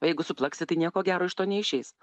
o jeigu suplaksi tai nieko gero iš to neišeis